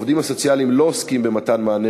העובדים הסוציאליים אינם עוסקים במתן מענה